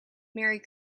merry